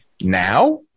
Now